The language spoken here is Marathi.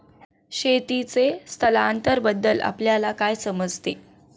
शेतीचे स्थलांतरबद्दल आपल्याला काय समजते?